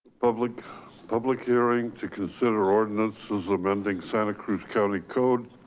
public public hearing to consider ordinances amending santa cruz county code